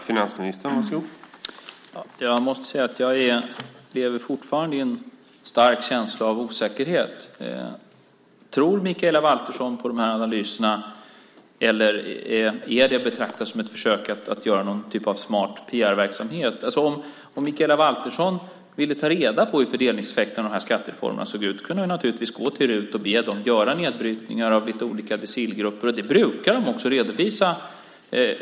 Herr talman! Jag måste säga att jag fortfarande lever i en stark känsla av osäkerhet. Tror Mikaela Valtersson på de här analyserna, eller är det att betrakta som ett försök att göra någon typ av smart PR-verksamhet? Om Mikaela Valtersson ville ta reda på hur fördelningseffekterna av de här skattereformerna såg ut kunde hon naturligtvis gå till RUT och be dem göra nedbrytningar av lite olika decilgrupper. Det brukar de också redovisa.